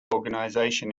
organisation